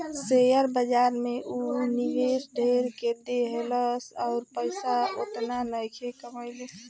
share बाजार में ऊ निवेश ढेर क देहलस अउर पइसा ओतना नइखे कमइले